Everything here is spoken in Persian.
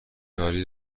یاری